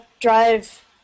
Drive